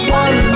one